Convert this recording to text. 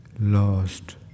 lost